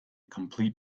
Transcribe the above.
complete